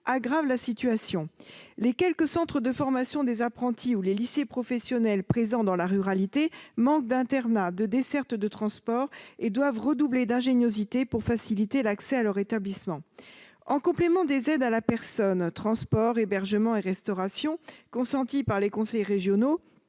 aggrave la situation. Les quelques centres de formation des apprentis ou les lycées professionnels présents dans la ruralité manquent d'internats et de dessertes de transports et doivent redoubler d'ingéniosité pour faciliter l'accès à leur établissement. En complément des aides à la personne- transports, hébergement et restauration -consenties par les conseils régionaux,